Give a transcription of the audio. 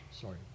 sorry